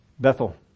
Bethel